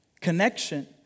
connection